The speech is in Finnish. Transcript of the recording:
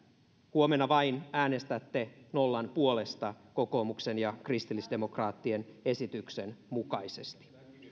huomenna vain äänestätte nollan puolesta kokoomuksen ja kristillisdemokraattien esityksen mukaisesti